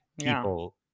people